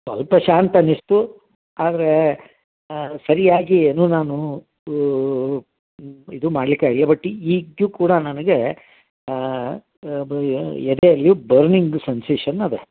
ಸ್ವಲ್ಪ ಶಾಂತಿ ಅನ್ನಿಸ್ತು ಆದರೆ ಸರಿಯಾಗಿ ಏನು ನಾನು ಇದು ಮಾಡ್ಲಿಕ್ಕೆ ಆಗಿಲ್ಲ ಬಟ್ ಈಗ್ಲೂ ಕೂಡ ನನಗೆ ಅದು ಎದೆಯಲ್ಲಿ ಬರ್ನಿಂಗ್ ಸೆನ್ಸೇಷನ್ ಇದೆ